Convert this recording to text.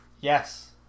Yes